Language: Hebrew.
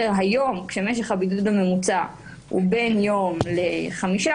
היום כשמשך הבידוד הממוצע הוא בין יום לחמישה